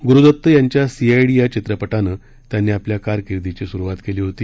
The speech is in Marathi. गुरुदत्त यांच्या सीआयडी या चित्रपटानं त्यांनी आपल्या कारकीर्दीची सुरुवात केली होती